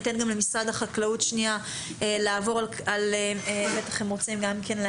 אני אתן גם למשרד החקלאות לומר משהו אם הם רוצים.